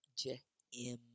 J-M